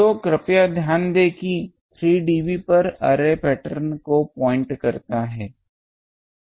तो कृपया ध्यान दें कि 3 dB पर अर्रे पैटर्न को पॉइंट करता है